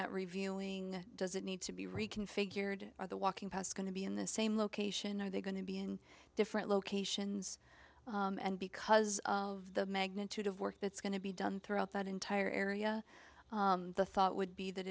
at reviewing does it need to be reconfigured or the walking past going to be in the same location are they going to be in different locations and because of the magnitude of work that's going to be done throughout that entire area the thought would be that